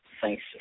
thanks